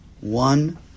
one